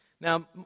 Now